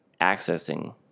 accessing